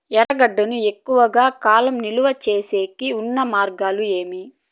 ఎర్రగడ్డ ను ఎక్కువగా కాలం నిలువ సేసేకి ఉన్న మార్గం ఏమి?